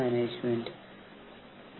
ഇനി നമുക്ക് മുന്നോട്ട് പോകാം